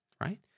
Right